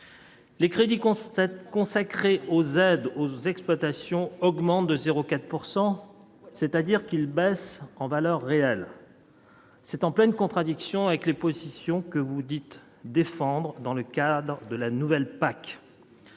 les crédits constate consacré aux aides aux exploitations augmente de 0 4 pourcent c'est-à-dire qu'il baisse en valeur réelle, c'est en pleine contradiction avec les positions que vous dites défendre dans le cadre de la nouvelle PAC